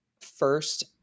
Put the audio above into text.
first